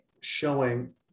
showing